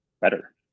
better